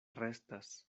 restas